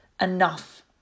enough